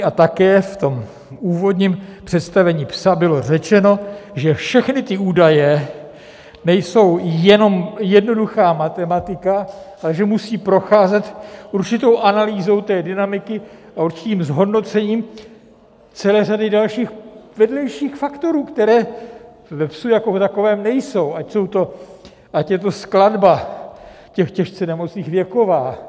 A také v tom úvodním představení PES bylo řečeno, že všechny ty údaje nejsou jenom jednoduchá matematika, ale že musí procházet určitou analýzou té dynamiky a určitým zhodnocením celé řady dalších vedlejších faktorů, které v PES jako takovém nejsou, ať je to skladba těch těžce nemocných, věková .